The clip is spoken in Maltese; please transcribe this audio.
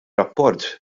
rapport